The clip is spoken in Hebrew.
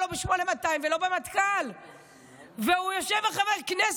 העסק כבר גמור.